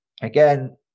again